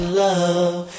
love